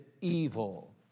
evil